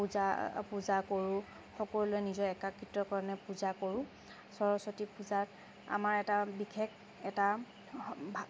পূজা পূজা কৰোঁ সকলোৱে নিজৰ একাকীত্বৰ কাৰণে পূজা কৰোঁ সৰস্বতী পূজাত আমাৰ এটা বিশেষ এটা